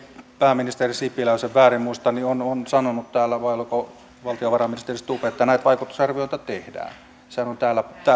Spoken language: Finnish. pääministeri sipilä jos en väärin muista on on sanonut vai oliko valtiovarainministeri stubb että näitä vaikutusarvioita tehdään sehän on täällä